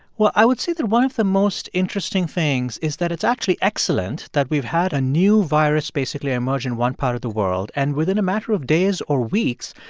well, i would say that one of the most interesting things is that it's actually excellent that we've had a new virus basically emerge in one part of the world and, within a matter of days or weeks,